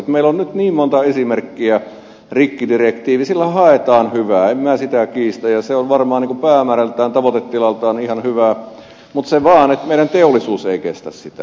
meillä on nyt niin monta esimerkkiä rikkidirektiivi sillä haetaan hyvää en minä sitä kiistä ja se on varmaan päämäärältään ja tavoitetilaltaan ihan hyvä mutta se vaan että meidän teollisuutemme ei kestä sitä